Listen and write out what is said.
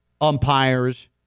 umpires